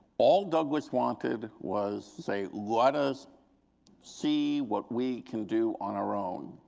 all douglass wanted was, say, let us see what we can do on our own.